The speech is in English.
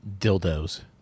Dildos